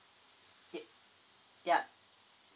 it ya